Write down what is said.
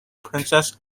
princess